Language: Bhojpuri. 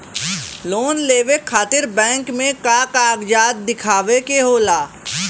लोन लेवे खातिर बैंक मे का कागजात दिखावे के होला?